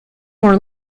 more